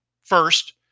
First